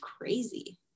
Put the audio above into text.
crazy